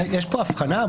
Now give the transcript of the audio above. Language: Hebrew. יש פה הבחנה.